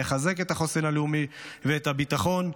מחזק את החוסן הלאומי ואת הביטחון,